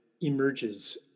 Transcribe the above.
emerges